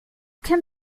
can